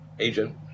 Agent